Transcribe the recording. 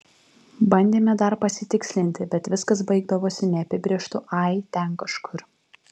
bandėme dar pasitikslinti bet viskas baigdavosi neapibrėžtu ai ten kažkur